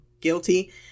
Guilty